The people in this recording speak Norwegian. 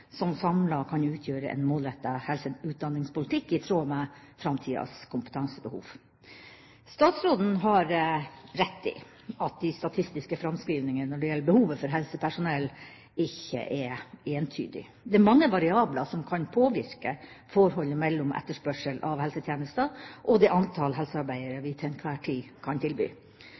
som samlet kan utgjøre en målrettet helseutdanningspolitikk, i tråd med framtidas kompetansebehov. Statsråden har rett i at de statistiske framskrivningene når det gjelder behovet for helsepersonell, ikke er entydige. Det er mange variabler som kan påvirke forholdet mellom etterspørsel av helsetjenester og det antall helsearbeidere vi til enhver tid kan tilby.